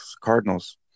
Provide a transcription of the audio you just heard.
Cardinals